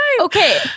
okay